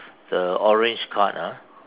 the orange card ah